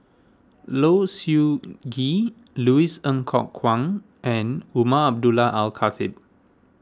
Low Siew Nghee Louis Ng Kok Kwang and Umar Abdullah Al Khatib